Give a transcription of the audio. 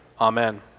Amen